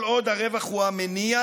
כל עוד הרווח הוא המניע,